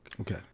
Okay